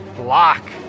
Lock